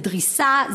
זה דריסה,